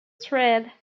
thread